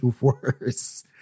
worse